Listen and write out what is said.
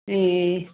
ए